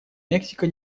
мексика